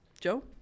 Joe